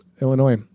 Illinois